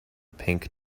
pink